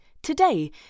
Today